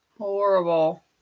Horrible